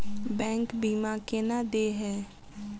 Bank बीमा केना देय है?